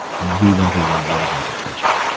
we want to reward that attention.